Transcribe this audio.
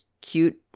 cute